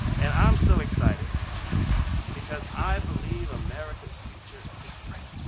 and i'm so excited because i believe america's future is bright.